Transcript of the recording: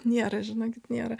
nėra žinokit nėra